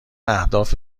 اهداف